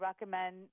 recommend